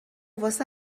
واسه